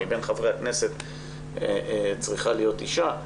מבין חברי הכנסת צריכה להיות אישה.